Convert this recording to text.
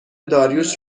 داریوش